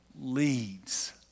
leads